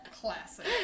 Classic